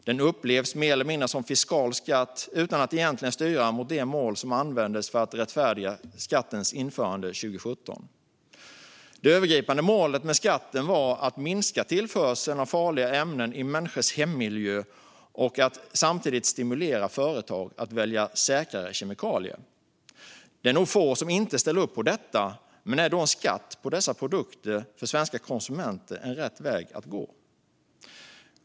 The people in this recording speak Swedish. Den upplevs mer eller mindre som en fiskal skatt utan att egentligen styra mot de mål som användes för att rättfärdiga skattens införande 2017. Det övergripande målet med skatten var att minska tillförseln av farliga ämnen i människors hemmiljö och att samtidigt stimulera företag att välja säkrare kemikalier. Det är nog få som inte ställer upp på detta, men är då en skatt på dessa produkter för svenska konsumenter rätt väg att gå?